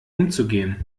umzugehen